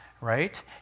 right